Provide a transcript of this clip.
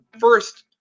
First